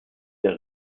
der